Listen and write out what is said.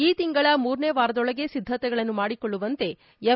ಈ ತಿಂಗಳ ಮೂರನೇ ವಾರದೊಳಗೆ ಸಿದ್ದತೆಗಳನ್ನು ಮಾಡಿಕೊಳ್ಳುವಂತೆ ಎಂ